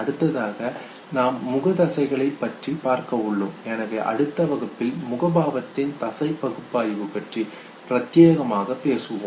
அடுத்ததாக நாம் முகத் தசைகளை பற்றி பார்க்க உள்ளோம் எனவே அடுத்த வகுப்பில் முகபாவத்தின் தசை பகுப்பாய்வு பற்றி பிரத்தியேகமாக பேசுவோம்